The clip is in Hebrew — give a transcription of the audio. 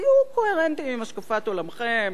תהיו קוהרנטיים עם השקפת עולמכם,